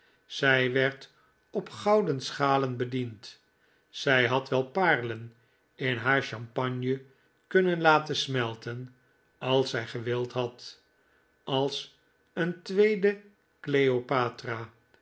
zij werd op gouden schalen bediend zij had wel paarlen in haar champagne kunnen laten smelten als zij gewild had als een tweede cleopatra